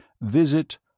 visit